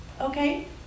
Okay